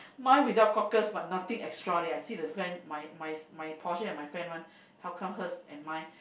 mine without cockles but nothing extra leh then I see the friend my my portion and my friend one how come hers and mine